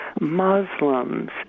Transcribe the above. Muslims